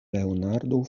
leonardo